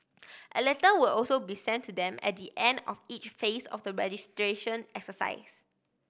a letter will also be sent to them at the end of each phase of the registration exercise